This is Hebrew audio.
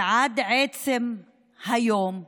ועד עצם היום הזה,